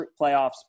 playoffs